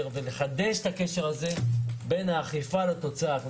ולחדש את הקשר הזה בין האכיפה לתוצאה.